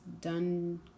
done